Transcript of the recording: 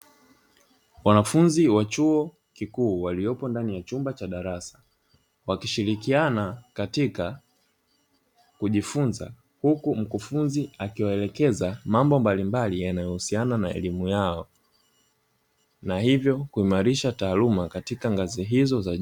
Wanafunzi wa chuo kikuu waliopo ndani ya chumba cha darasa, wakishirikiana katika kujifunza, huku mkufunzi akiwaelekeza mambo mbalimbali yanayohusiana na elimu yao na hivyo kuimarisha taaluma katika ngazi hizo za juu.